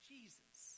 Jesus